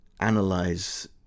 Analyze